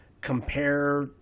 compare